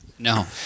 No